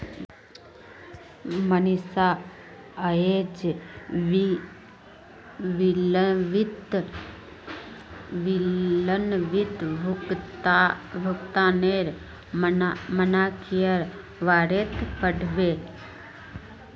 मनीषा अयेज विलंबित भुगतानेर मनाक्केर बारेत पढ़बे